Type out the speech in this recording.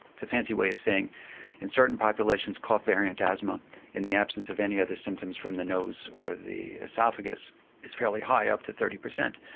it's a fancy way of saying in certain populations cough variant asthma in the absence of any other symptoms from the nose or the oesophagus is fairly high, up to thirty percent.